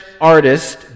artist